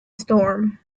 storm